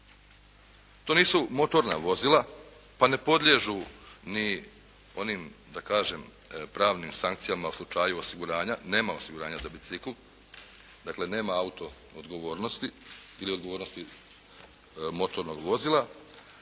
To nisu motorno vozila pa ne podliježu onim da kažem pravnim sankcijama u slučaju osiguranja, nema osiguranja za bicikl, dakle nema auto odgovornosti ili odgovornosti motornog vozila.